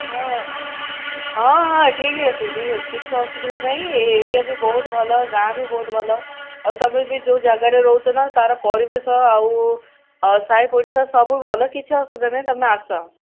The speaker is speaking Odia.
ହଁ ହଁ ହଁ ଠିକ୍ ଅଛି ଠିକ୍ ଅଛି କିଛି ଅସୁବିଧା ନାହିଁ ଏ ଏରିଆ ବି ବହୁତ ଭଲ ଗାଁ ବି ବହୁତ ଭଲ ଆଉ ତୁମେ ବି ଯେଉଁ ଜାଗାରେ ରହୁଛ ନା ତା'ର ପରିବେଶ ଆଉ ସାହି ପଡ଼ିଶା ସବୁ ଭଲ କିଛି ଅସୁବିଧା ନାହିଁ ତୁମେ ଆସ